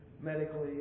medically